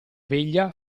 veglia